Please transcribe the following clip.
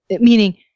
meaning